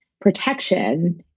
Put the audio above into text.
protection